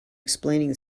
explaining